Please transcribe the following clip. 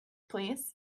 please